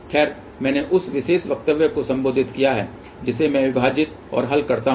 खैर मैंने उस विशेष वक्तव्य को संशोधित किया है जिसे मैं विभाजित और हल करता हूं